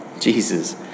Jesus